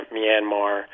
Myanmar